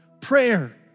Prayer